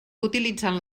utilitzant